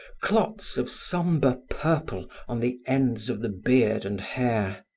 clots of sombre purple on the ends of the beard and hair.